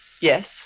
Yes